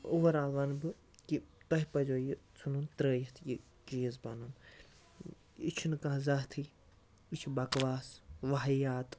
over آل وَنہٕ بہٕ کہِ تۄہہِ پَزِیٚو یہِ ژھُنُن ترٛٲوِتھ یہِ چیٖز پَنُن یہِ چھُنہٕ کانٛہہ زاتھٕے یہِ چھُ بَکواس واہِیات